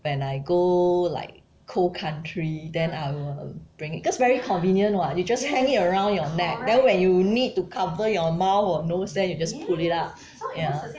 when I go like cold country then I will bring it cause very convenient [what] you just hang it around your neck then when you need to cover your mouth or nose then you just pull it up ya